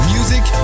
Music